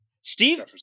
Steve